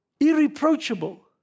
irreproachable